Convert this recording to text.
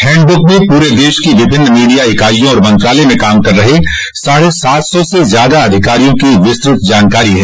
handbook में पूरे देश की विभिन्न मीडिया इकाइयों और मंत्रालय में काम कर रहे साढ़े सात सौ से ज्यादा अधिकारियों की विस्तृत जानकारी है